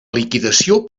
liquidació